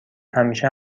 همیشه